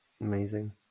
Amazing